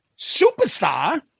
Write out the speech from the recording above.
superstar